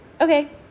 okay